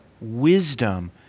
wisdom